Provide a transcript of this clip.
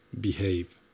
behave